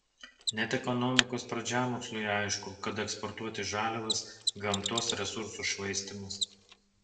net ekonomikos pradžiamoksliui aišku kad eksportuoti žaliavas gamtos resursų švaistymas